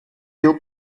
real